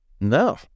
No